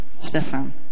Stefan